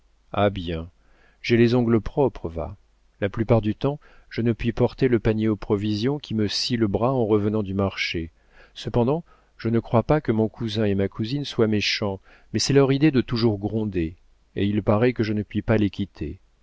ah bien j'ai les ongles propres va la plupart du temps je ne puis porter le panier aux provisions qui me scie le bras en revenant du marché cependant je ne crois pas que mon cousin et ma cousine soient méchants mais c'est leur idée de toujours gronder et il paraît que je ne puis pas les quitter